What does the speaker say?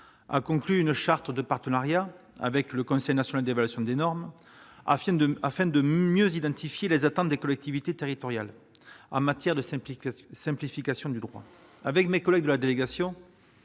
a conclu une charte de partenariat avec le Conseil national d'évaluation des normes, afin de mieux identifier les attentes des collectivités territoriales en matière de simplification du droit. Avec mes collègues de la délégation,